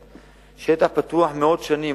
שטח פתוח מאות שנים,